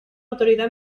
autoridad